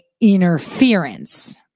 interference